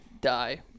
die